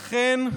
לכן,